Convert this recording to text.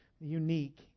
unique